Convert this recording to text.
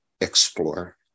explore